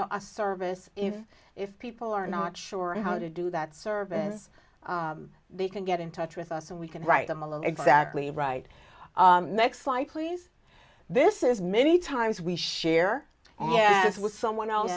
know a service even if people are not sure how to do that service they can get in touch with us and we can write them along exactly right next slide please this is many times we share yes with someone else